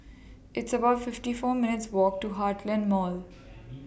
It's about fifty four minutes' Walk to Heartland Mall